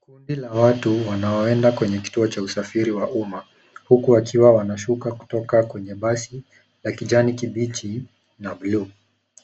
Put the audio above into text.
Kundi la watu wanaoenda kwenye kituo cha usafiri wa umma huku wakiwa wanashuka kutoka kwenye basi la kijani kibichi na buluu